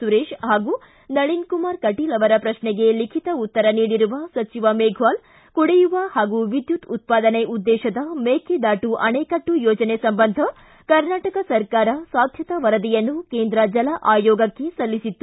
ಸುರೇಶ್ ಹಾಗೂ ನಳಿನ್ ಕುಮಾರ್ ಕಟೀಲ್ ಅವರ ಪ್ರತ್ನೆಗೆ ಲಿಖಿತ ಉತ್ತರ ನೀಡಿರುವ ಸಚಿವ ಮೇಘವಾಲ್ ಕುಡಿಯುವ ಹಾಗೂ ವಿದ್ಯುತ್ ಉತ್ಪಾದನೆ ಉದ್ದೇಶದ ಮೇಕೆದಾಟು ಅಣೆಕಟ್ಟೆ ಯೋಜನೆ ಸಂಬಂಧ ಕರ್ನಾಟಕ ಸರಕಾರವು ಸಾಧ್ಯತಾ ವರದಿಯನ್ನು ಕೇಂದ್ರ ಜಲ ಆಯೋಗಕ್ಕೆ ಸಲ್ಲಿಸಿತ್ತು